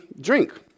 drink